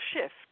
shift